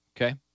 Okay